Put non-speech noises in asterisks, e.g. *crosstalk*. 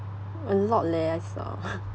a lot leh I saw *laughs*